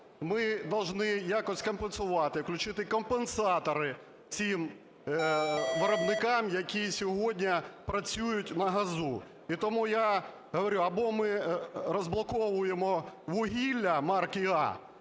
мы должны якось компенсувати, включити компенсатори цим виробникам, які сьогодні працюють на газу. І тому я говорю: або ми розблоковуємо вугілля марки "А"